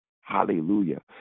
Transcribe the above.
Hallelujah